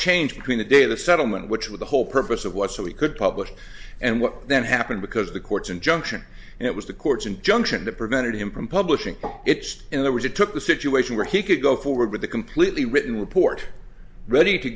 changed between the day of the settlement which was the whole purpose of what so he could publish and what then happened because the courts injunction and it was the courts and junction that prevented him from publishing it in there was it took a situation where he could go forward with a completely written report ready to